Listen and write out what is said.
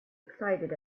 excited